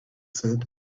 said